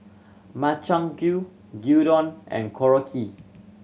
Makchang Gui Gyudon and Korokke